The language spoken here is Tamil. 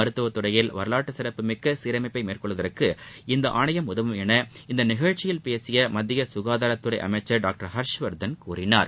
மருத்துவ துறையளில் வரலாற்று சிறப்பு மிக்க சீரமைப்பை மேற்கொள்வதற்கு இந்த ஆணையம் உதவும் என இந்நிகழ்ச்சியில் பேசிய மத்திய சுகாதாரத்துறை அமைச்சர் திரு ஹர்ஷ் வர்த்தன் கூறினார்